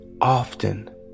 often